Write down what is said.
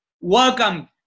Welcome